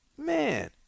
man